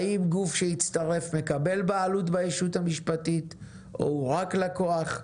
האם גוף שהצטרף מקבל בעלות בישות המשפטית או הוא רק לקוח?